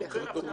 לא רואה את זה.